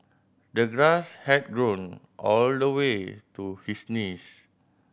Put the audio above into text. the grass had grown all the way to his knees